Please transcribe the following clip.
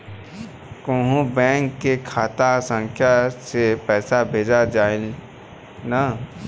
कौन्हू बैंक के खाता संख्या से पैसा भेजा जाई न?